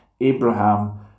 Abraham